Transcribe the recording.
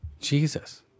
Jesus